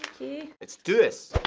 let's do this.